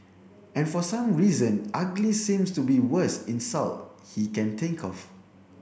and for some reason ugly seems to be worst insult he can think of